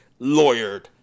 Lawyered